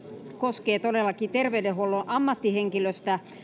koskee todellakin terveydenhuollon ammattihenkilöistä